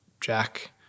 jack